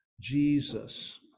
Jesus